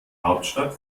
hauptstadt